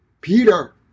Peter